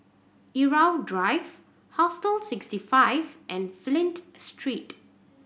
Irau Drive Hostel Sixty Five and Flint Street